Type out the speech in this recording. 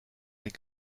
des